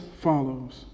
follows